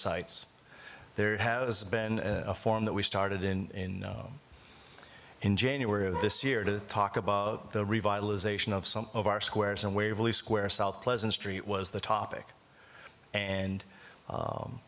sites there have been a form that we started in in january of this year to talk about the revitalization of some of our squares and waverly square south pleasant street was the topic and